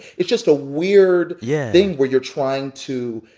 it's just a weird yeah thing where you're trying to